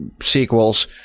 sequels